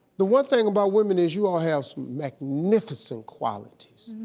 the one thing about women is you all have some magnificent qualities.